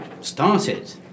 started